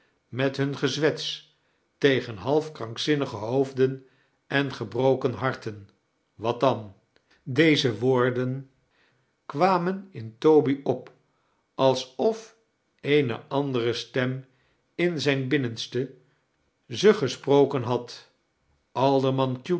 met hun gezwets tegen half krankzinnige hoofden en gebroken harten wat dan deze woorden kwamen in toby op alsof eene andere stem in zijn binnenste ze gesproken liad alderman cute